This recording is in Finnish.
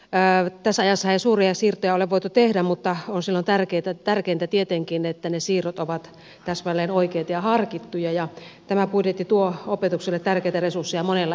tässä ajassahan ei suuria siirtoja ole voitu tehdä mutta on silloin tärkeintä tietenkin että ne siirrot ovat täsmälleen oikeita ja harkittuja ja tämä budjetti tuo opetukselle tärkeitä resursseja monella eri tavalla